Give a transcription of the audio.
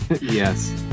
Yes